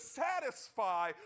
satisfy